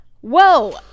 whoa